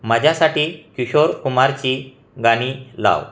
माझ्यासाठी किशोरकुमारची गाणी लाव